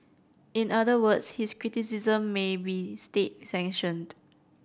in other words his criticisms may be state sanctioned